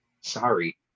Sorry